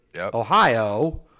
Ohio